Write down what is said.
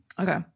Okay